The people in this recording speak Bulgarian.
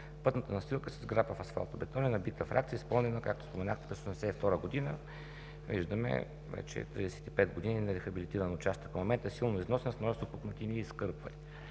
Пътната настилка е с грапав асфалтобетон и набита фракция, изпълнена, както споменахте, през 1982 г. Виждаме вече 35 години нерехабилитиран участък, в момента силно износен, с множество пукнатини и изкърпвания.